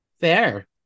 fair